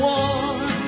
one